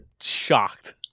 shocked